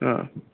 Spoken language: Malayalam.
ആ